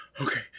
Okay